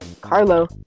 Carlo